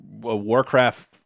Warcraft